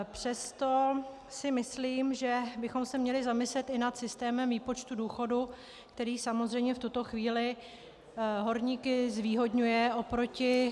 Přesto si myslím, že bychom se měli zamyslet i nad systémem výpočtu důchodu, který samozřejmě v tuto chvíli horníky zvýhodňuje oproti...